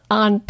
on